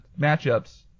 matchups